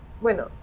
Bueno